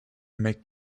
make